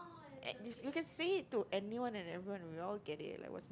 you can say it to anyone and everyone and we'll all get it like what's